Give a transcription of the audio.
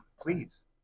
please